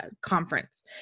conference